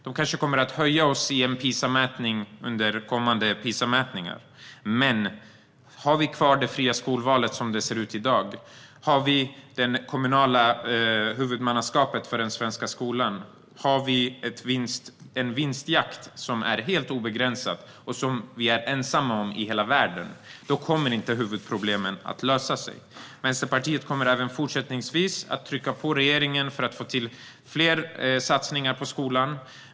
De kanske kommer att höja oss i kommande PISA-mätningar, men har vi kvar det fria skolvalet som det ser ut i dag, det kommunala huvudmannaskapet för den svenska skolan och en vinstjakt som är helt obegränsad och som vi är ensamma om i hela världen kommer huvudproblemen inte att lösa sig. Vänsterpartiet kommer även fortsättningsvis att trycka på regeringen för att få till fler satsningar på skolan.